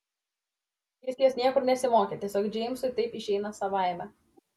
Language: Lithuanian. jis jos niekur nesimokė tiesiog džeimsui taip išeina savaime